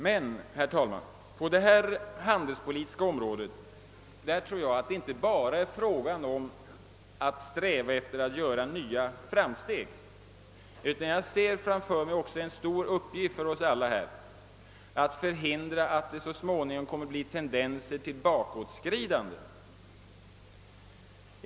Men, herr talman, på det handelspolitiska området gäller 'det nog inte bara att sträva efter att göra nya framsteg. Jag ser framför mig en annan stor uppgift för oss alla, nämligen att förhindra att det så småningom kommer att uppstå tendenser till bakåtskridande.